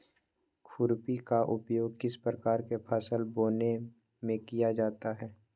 खुरपी का उपयोग किस प्रकार के फसल बोने में किया जाता है?